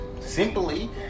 simply